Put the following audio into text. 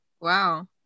Wow